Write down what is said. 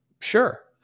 Sure